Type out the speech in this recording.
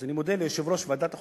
אז אני מודה ליושב-ראש ועדת החוקה,